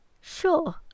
sure